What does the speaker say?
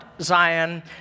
Zion